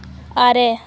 ᱟᱨᱮ